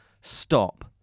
stop